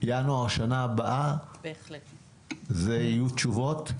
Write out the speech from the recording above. בינואר בשנה הבאה יהיו תשובות?